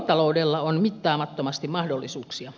biotaloudella on mittaamattomasti mahdollisuuksia